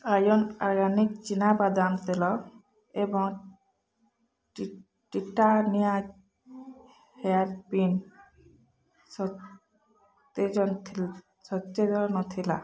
ଆର୍ୟ ଆର୍ୟନିକ ଚିନାବାଦାମ ତେଲ ଏବଂ ଟିଟାନିଆ ହେୟାର୍ପିନ୍ ସତେଜ ନଥିଲା